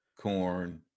corn